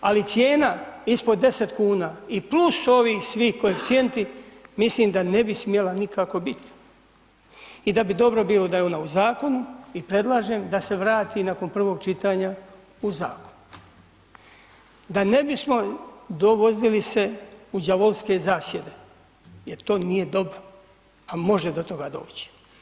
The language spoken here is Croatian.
Ali cijena ispod 10 kn i plus svi ovi koeficijenti, mislim da ne bi smjela nikako bit. i da bi dobro bilo da je ona u zakonu i predlažem da se vrati nakon prvog čitanja u zakon da ne bismo dovodili se u đavolske zasjede jer to nije dobro a može do toga doć.